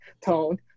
tone